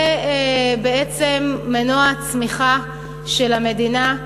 זה בעצם מנוע הצמיחה של המדינה.